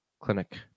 clinic